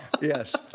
Yes